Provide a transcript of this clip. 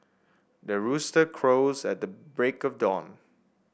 the rooster crows at the break of dawn